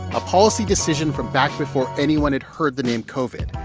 a policy decision from back before anyone had heard the name covid.